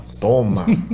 Toma